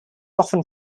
often